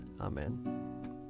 Amen